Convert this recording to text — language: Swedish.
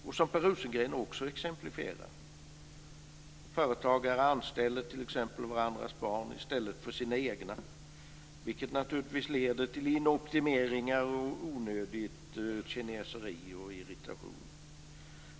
Per Rosengren exemplifierar ju också detta. Företagare anställer t.ex. varandras barn i stället för sina egna, vilket naturligtvis leder till inoptimeringar och onödigt kineseri och irritation.